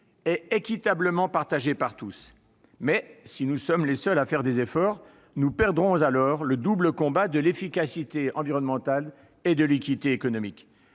et équitablement partagés par tous. Mais si nous sommes les seuls à faire des efforts, nous perdrons le double combat de l'efficacité environnementale et de l'équité économique.